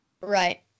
Right